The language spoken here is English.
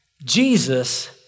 Jesus